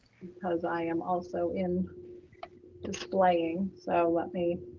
because i am also in displaying. so let me